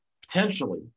potentially